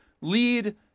lead